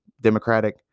Democratic